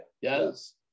Yes